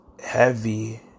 heavy